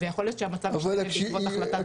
ויכול להיות שהמצב ישתנה בעקבות החלטת העליון.